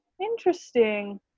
interesting